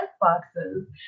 boxes